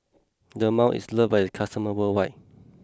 Dermale is loved by its customers worldwide